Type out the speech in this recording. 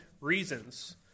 reasons